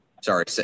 Sorry